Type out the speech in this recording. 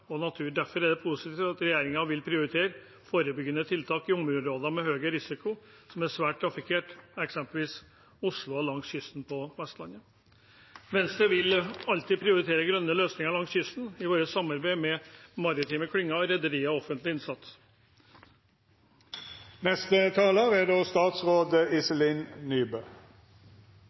og natur. Derfor er det positivt at regjeringen vil prioritere forebyggende tiltak i områder med høy risiko og som er svært trafikkert, eksempelvis Oslo og langs kysten på Vestlandet. Venstre vil alltid prioritere grønne løsninger langs kysten i vårt samarbeid med maritime klynger og rederier, i tillegg til offentlig innsats. Regjeringen er